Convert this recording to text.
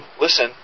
listen